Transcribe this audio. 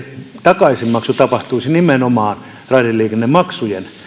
takaisinmaksu tapahtuisi nimenomaan raideliikennemaksujen